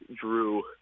drew